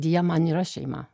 jie man yra šeima